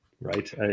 right